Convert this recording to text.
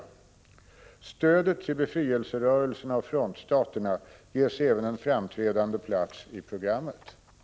Stödet till befrielse rörelserna och frontstaterna ges även en framträdande plats i programmet. Omverksamheten.vid